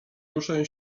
ruszę